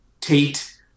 Tate